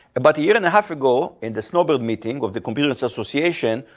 but a year and a half ago in the snowball meeting of the computing-research association,